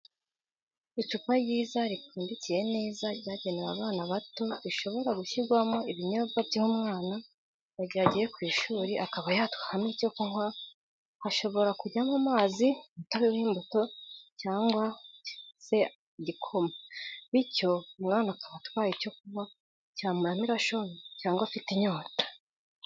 Icupa ryiza ripfundikiye neza ryagenewe abana bato rishobora gushyirwamo ibinyobwa by'umwana mu gihe agiye ku ishuri akaba yatwaramo icyo kunywa hashobora kujyamo amazi umutobe w'imbuto, amata cyangwa se igikoma, bityo umwana akaba atwaye icyo kunywa cyamuramira ashonje cyangwa afite inyota.